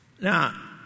Now